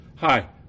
Hi